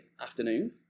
afternoon